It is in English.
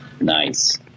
Nice